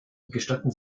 gestatten